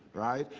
right?